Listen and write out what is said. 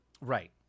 Right